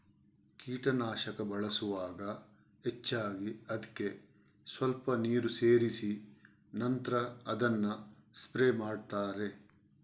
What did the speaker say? ಕೀಟನಾಶಕ ಬಳಸುವಾಗ ಹೆಚ್ಚಾಗಿ ಅದ್ಕೆ ಸ್ವಲ್ಪ ನೀರು ಸೇರಿಸಿ ನಂತ್ರ ಅದನ್ನ ಸ್ಪ್ರೇ ಮಾಡ್ತಾರೆ